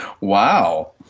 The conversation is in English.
Wow